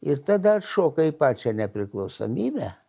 ir tada atšoka į pačią nepriklausomybę